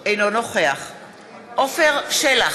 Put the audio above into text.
אינו נוכח עפר שלח,